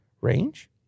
range